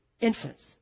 Infants